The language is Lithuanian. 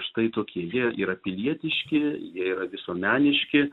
štai tokie jie yra pilietiški jie yra visuomeniški